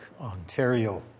Ontario